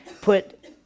put